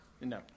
No